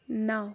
نَو